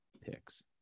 picks